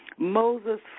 Moses